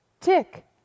tick